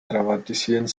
traumatisierend